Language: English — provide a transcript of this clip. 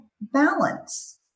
balance